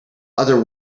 other